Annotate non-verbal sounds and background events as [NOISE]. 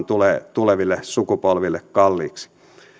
[UNINTELLIGIBLE] tulee tuleville sukupolville kalliiksi